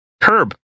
curb